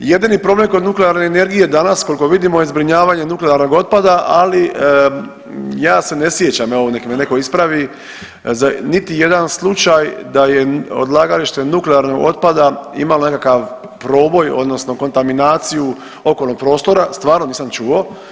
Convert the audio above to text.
Jedini problem kod nuklearne energije danas je koliko vidimo je zbrinjavanje nuklearnog otpada, ali ja se ne sjećam evo nek me netko ispravi za niti jedan slučaj da je odlagalište nuklearnog otpada imalo nekakav proboj odnosno kontaminaciju okolnog prostora, stvarno nisam čuo.